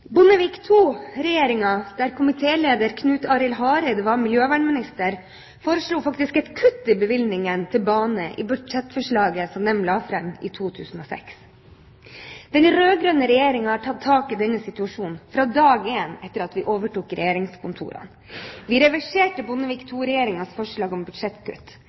Bondevik II-regjeringen, der komitéleder Knut Arild Hareide var miljøvernminister, foreslo faktisk et kutt i bevilgningen til bane i budsjettforslaget som de la fram i 2006. Den rød-grønne regjeringen har tatt tak i denne situasjonen fra dag én etter at vi overtok regjeringskontorene. Vi reverserte Bondevik II-regjeringens forslag om budsjettkutt.